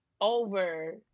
over